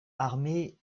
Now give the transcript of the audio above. armee